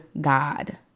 God